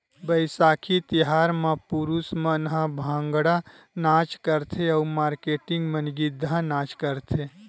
बइसाखी तिहार म पुरूस मन ह भांगड़ा नाच करथे अउ मारकेटिंग मन गिद्दा नाच करथे